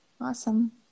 Awesome